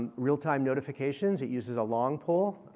and real time notifications, it uses a long pole.